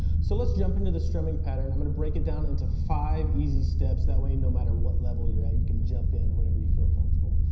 so let's jump into the strumming pattern. i'm gonna break it down into five easy steps. that way, no matter what level you're at, you can jump in whenever you feel comfortable.